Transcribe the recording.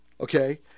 okay